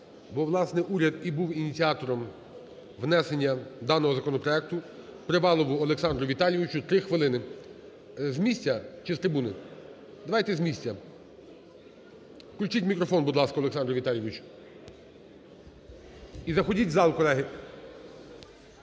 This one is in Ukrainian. бо, власне, уряд і був ініціатором внесення даного законопроекту, Привалову Олександру Віталійович, 3 хвилини. З місця чи з трибуни? Давайте з місця. Включіть мікрофон, будь ласка, Олександру Віталійовичу. І заходіть в зал, колеги.